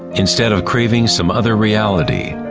instead of craving some other reality.